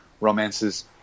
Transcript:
romances